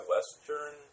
Western